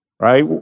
right